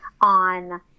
on